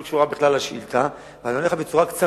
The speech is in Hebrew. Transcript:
אתה שואל שאלה שלא קשורה בכלל לשאילתא ואני עונה לך בצורה קצרה.